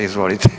Izvolite.